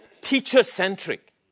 teacher-centric